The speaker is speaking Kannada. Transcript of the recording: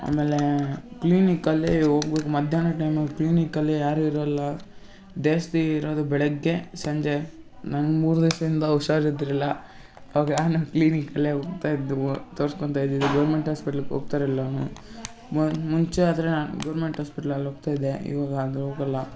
ಆಮೇಲೆ ಕ್ಲೀನಿಕಲ್ಲಿ ಹೋಗ್ಬಿಟ್ ಮಧ್ಯಾಹ್ನ ಟೈಮಲ್ಲಿ ಕ್ಲೀನಿಕಲ್ಲಿ ಯಾರೂ ಇರಲ್ಲ ಜಾಸ್ತಿ ಇರೋದು ಬೆಳಗ್ಗೆ ಸಂಜೆ ನನ್ಗೆ ಮೂರು ದಿವಸ್ದಿಂದ ಹುಷಾರು ಇದ್ದಿರಲಿಲ್ಲ ಅವಾಗ ನಾನು ಕ್ಲೀನಿಕಲ್ಲೇ ಹೋಗ್ತಾ ಇದ್ದೆವು ತೋರ್ಸ್ಕೊತಾ ಇದ್ದಿದ್ದು ಗೌರ್ಮೆಂಟ್ ಹಾಸ್ಪಿಟ್ಲಿಗೆ ಹೋಗ್ತಾ ಇರ್ಲಿಲ್ಲ ನಾನು ಮು ಮುಂಚೆ ಆದರೆ ಗೌರ್ಮೆಂಟ್ ಹಾಸ್ಪಿಟ್ಲಲ್ಲಿ ಹೋಗ್ತಾಯಿದ್ದೆ ಇವಾಗ ಅಲ್ಲಿ ಹೋಗಲ್ಲ